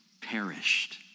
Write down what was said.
perished